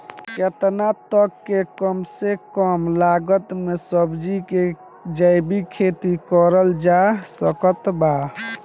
केतना तक के कम से कम लागत मे सब्जी के जैविक खेती करल जा सकत बा?